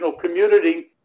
community